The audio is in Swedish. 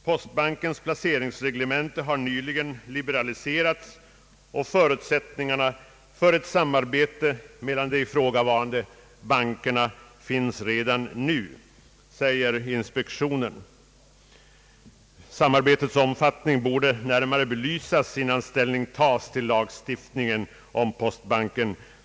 Postbankens placeringsreglemente har nyligen liberaliserats, och förutsättningar för ett samarbete mellan de ifrågavarande bankerna finns redan nu, säger inspektionen och tillägger att samarbetets omfattning närmare borde belysas innan ställning tas till lagstiftningen om postbanken.